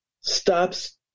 stops